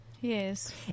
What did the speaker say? yes